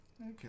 Okay